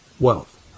Wealth